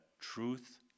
truth